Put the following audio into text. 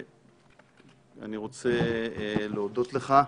אני רוצה להודות לך.